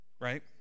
right